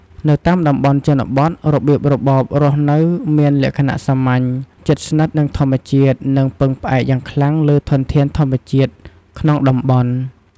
នៅតាមតំបន់ជនបទ របៀបរបបរស់នៅមានលក្ខណៈសាមញ្ញ ជិតស្និទ្ធនឹងធម្មជាតិ និងពឹងផ្អែកយ៉ាងខ្លាំងលើធនធានធម្មជាតិក្នុងតំបន់។